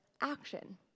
action